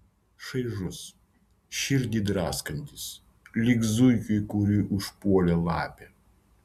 šaižus širdį draskantis lyg zuikio kurį užpuolė lapė